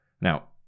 Now